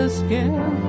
skin